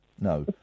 no